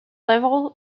level